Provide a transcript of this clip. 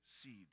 seeds